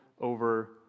over